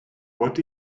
what